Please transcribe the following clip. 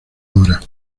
hora